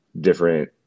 different